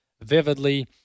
vividly